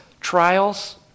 trials